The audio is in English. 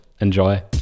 enjoy